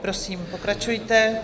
Prosím, pokračujte.